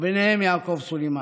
וביניהם יעקב סולימאני.